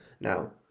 Now